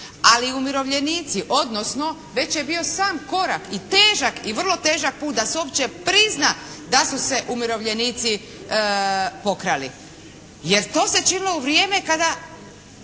ali umirovljenici, odnosno već je bio sam korak i težak i vrlo težak put da se uopće prizna da su se umirovljenici pokrali, jer to se činilo u vrijeme kada